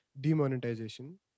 demonetization